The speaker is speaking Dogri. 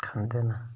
खंदे न